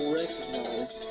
recognize